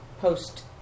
post